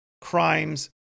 crimes